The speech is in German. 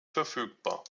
verfügbar